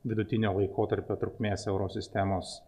vidutinio laikotarpio trukmės euro sistemos